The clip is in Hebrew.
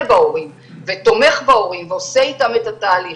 בהורים ותומך בהורים ועושה איתם את התהליך.